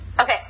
Okay